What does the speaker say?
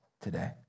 today